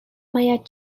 باید